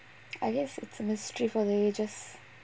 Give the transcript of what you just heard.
I guess it's a mystery for the ages